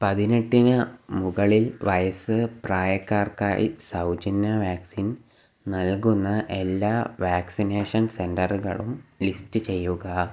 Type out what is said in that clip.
പതിനെട്ടിന് മുകളില് വയസ്സ് പ്രായക്കാർക്കായി സൗജന്യ വാക്സിൻ നൽകുന്ന എല്ലാ വാക്സിനേഷൻ സെന്ററുകളും ലിസ്റ്റ് ചെയ്യുക